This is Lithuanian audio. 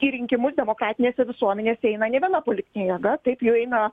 į rinkimus demokratinėse visuomenėse eina ne viena politinė jėga taip jų eina